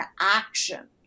action